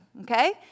okay